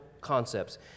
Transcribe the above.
concepts